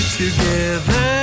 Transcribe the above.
together